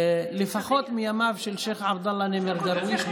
לפחות מימיו של שייח' עבדאללה נימר דרוויש,